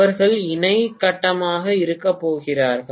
அவர்கள் இணை கட்டமாக இருக்கப் போகிறார்கள்